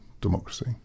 democracy